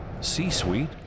C-Suite